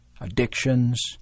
addictions